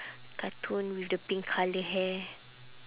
cartoon with the pink colour hair